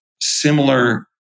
similar